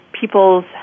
people's